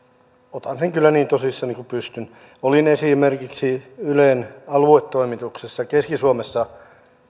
otan kyllä niin tosissani kuin pystyn olin esimerkiksi ylen aluetoimituksessa keski suomessa